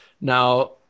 now